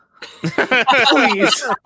Please